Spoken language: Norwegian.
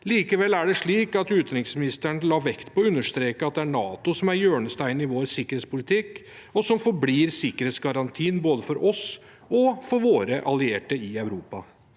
Likevel la utenriksministeren vekt på og understreket at det er NATO som er hjørnesteinen i vår sikkerhetspolitikk, og som forblir sikkerhetsgarantien både for oss og for våre allierte i Europa.